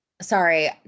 sorry